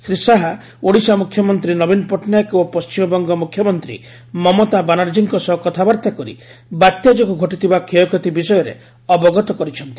ଶ୍ରୀ ଶାହା ଓଡ଼ିଶା ମୁଖ୍ୟମନ୍ତ୍ରୀ ନବୀନ ପଟ୍ଟନାୟକ ଓ ପଶ୍ଚିମବଙ୍ଗ ମୁଖ୍ୟମନ୍ତ୍ରୀ ମମତା ବାନାର୍ଜୀଙ୍କ ସହ କଥାବାର୍ତ୍ତା କରି ବାତ୍ୟା ଯୋଗୁ ଘଟିଥିବା କ୍ଷୟକ୍ଷତି ବିଷୟରେ ଅବଗତ ହୋଇଛନ୍ତି